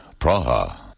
Praha